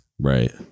right